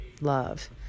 love